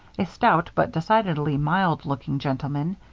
a stout, but decidedly mild-looking gentleman,